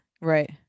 Right